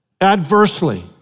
adversely